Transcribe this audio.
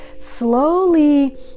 slowly